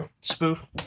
spoof